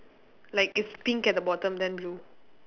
like it's pink at the bottom then blue